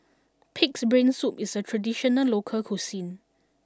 Pig'S Brain Soup is a traditional local cuisine